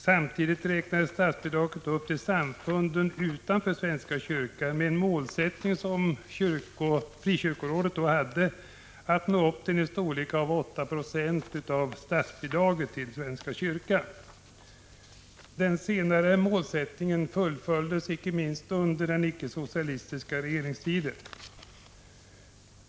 Samtidigt räknades statsbidragen upp till samfunden utanför svenska kyrkan med en målsättning som Frikyrkorådet då hade att nå upp till en storlek av 8 96 av statsbidraget till svenska kyrkan. Den senare målsättningen fullföljdes icke minst under den icke-socialistiska regeringstiden.